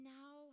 now